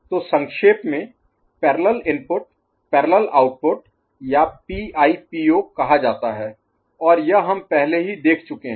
तो संक्षेप में parallel input parallel output Parallel Input Parallel Output समानांतर इनपुट समानांतर आउटपुट या PIPO कहा जाता है और यह हम पहले ही देख चुके हैं